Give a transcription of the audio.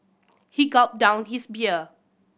he gulped down his beer